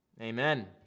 Amen